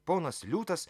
ponas liūtas